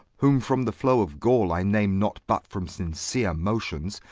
whom from the flow of gall i name not, but from sincere motions,